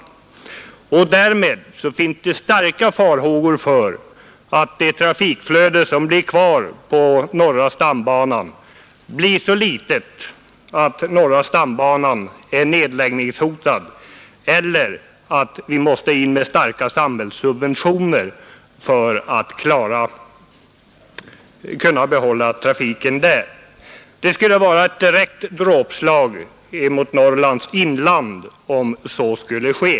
Därmed finns det anledning till starka farhågor för att det trafikflöde som blir kvar på norra stambanan blir så litet att norra stambanan är nedläggningshotad eller att vi måste sätta in starka samhällssubventioner för att kunna behålla trafiken där. Det skulle vara ett direkt dråpslag mot Norrlands inland om så skulle ske.